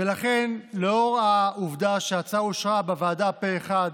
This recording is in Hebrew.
ולכן, לאור העובדה שההצעה אושרה בוועדה פה אחד